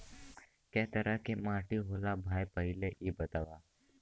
कै तरह के माटी होला भाय पहिले इ बतावा?